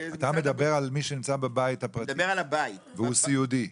אתה מדבר על מי שנמצא בבית הפרטי והוא סיעודי.